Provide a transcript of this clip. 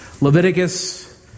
Leviticus